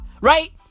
right